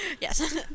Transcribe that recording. Yes